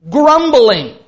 grumbling